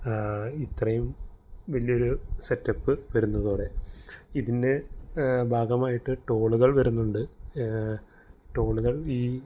ഇത്രയും വലിയൊരു set up വരുന്നതോടെ ഇതിൻ്റെ ഭാഗമായിട്ട് ടോളുകൾ വരുന്നുണ്ട് ടോളുകൾ ഈ